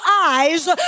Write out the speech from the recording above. eyes